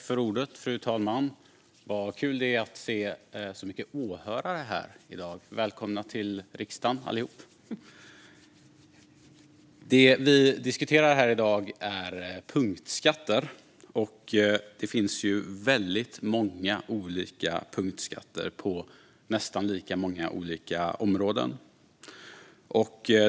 Fru talman! Vad kul det är att se så många åhörare här i dag. Välkomna till riksdagen, allihop! Det vi diskuterar här i dag är punktskatter. Det finns väldigt många olika punktskatter på nästan lika många olika områden.